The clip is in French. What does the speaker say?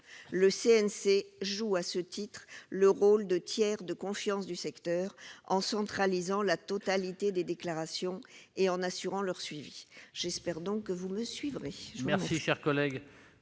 centre joue, à ce titre, le rôle de tiers de confiance du secteur, en centralisant la totalité des déclarations et en assurant leur suivi. J'espère, mes chers